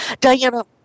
Diana